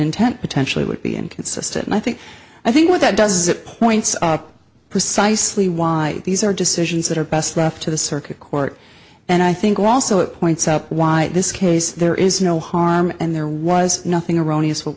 intent potentially would be inconsistent and i think i think what that does is it points up precisely why these are decisions that are best left to the circuit court and i think also it points up why this case there is no harm and there was nothing erroneous what